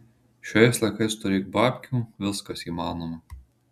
šiais laikais turėk babkių viskas įmanoma